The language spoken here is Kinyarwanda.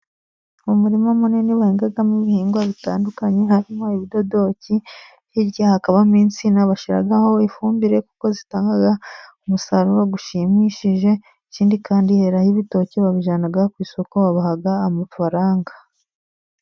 Umuririma munini bahingamo ibihingwa bitandukanye, harimo ibidodoki. Hirya hakabamo insina bashyiraho ifumbire, kuko zitanga umusaruro ushimishije. Ikindi kandi heraraho ibitoki, babijyana ku isoko babaha amafaranga.